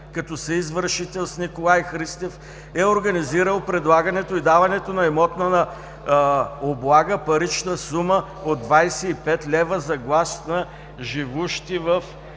като съизвършител с Николай Христев е организирал предлагането и даването на имотна облага – парична сума от 25 лв., за глас на живущи в